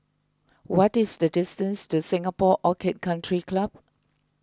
what is the distance to Singapore Orchid Country Club